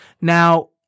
Now